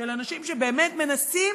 של אנשים שבאמת מנסים